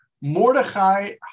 Mordechai